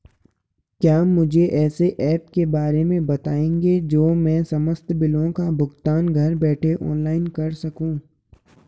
क्या मुझे ऐसे ऐप के बारे में बताएँगे जो मैं समस्त बिलों का भुगतान घर बैठे ऑनलाइन कर सकूँ?